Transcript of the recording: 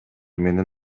менен